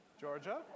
Georgia